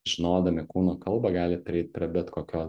žinodami kūno kalbą galit prieiti prie bet kokio